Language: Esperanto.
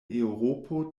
eŭropo